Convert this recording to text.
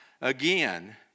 again